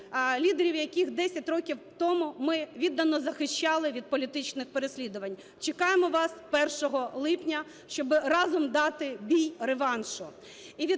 лідерів, яких 10 років тому ми віддано захищали від політичних переслідувань. Чекаємо вас 1 липня, щоб разом дати бій реваншу.